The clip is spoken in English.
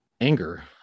anger